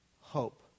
hope